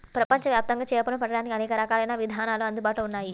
ప్రపంచవ్యాప్తంగా చేపలను పట్టడానికి అనేక రకాలైన విధానాలు అందుబాటులో ఉన్నాయి